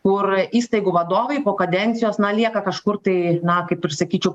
kur įstaigų vadovai po kadencijos na lieka kažkur tai na kaip ir sakyčiau